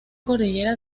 cordillera